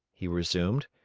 he resumed,